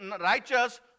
righteous